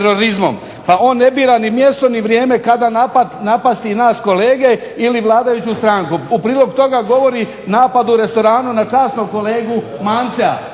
Pa on ne bira ni mjesto ni vrijeme kada napasti nas kolege ili vladajuću stranku. U prilog toga govori napad u restoranu na časnog kolegu Mancea.